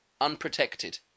unprotected